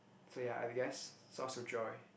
so ya I guess source of joy